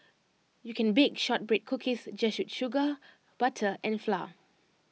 you can bake Shortbread Cookies just with sugar butter and flour